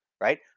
Right